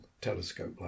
telescope